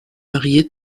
marié